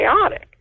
chaotic